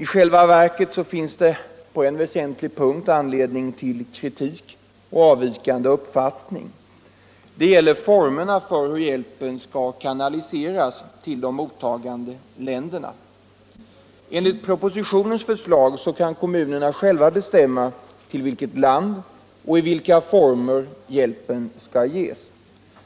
I själva verket finns det på en väsentlig punkt anledning till kritik och avvikande uppfattning. Det gäller formerna för hur hjälpen skall kanaliseras till de mottagande länderna. Enligt propositionen skall kommunerna själva kunna bestämma till vilket land och i vilka former hjälpen skall ges.